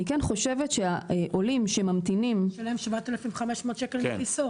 אני כן חושבת שהעולים שממתינים --- הוא צריך לשלם 7,500 שקל מכיסו.